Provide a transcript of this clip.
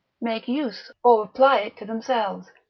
make use, or apply it to themselves.